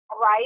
right